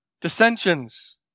Dissensions